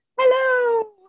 Hello